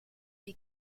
die